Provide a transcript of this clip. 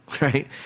right